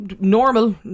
normal